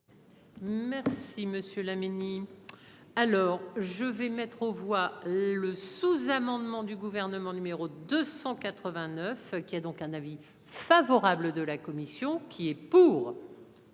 monsieur Laménie. Alors je vais mettre aux voix le sous-amendement du gouvernement numéro 289 qui a donc un avis favorable de la commission. Donc il est pour.